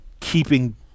keeping